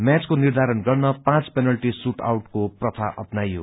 म्याचको निर्धारण गर्न पाँच पेनल्टी शूट आउटको प्रथा अप्नाइयो